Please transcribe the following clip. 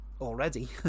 already